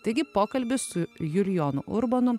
taigi pokalbis su julijonu urbonu